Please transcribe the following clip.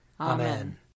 Amen